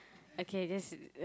okay that's uh